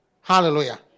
Hallelujah